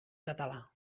català